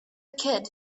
kid